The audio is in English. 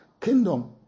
kingdom